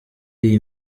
iyi